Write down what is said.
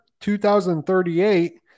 2038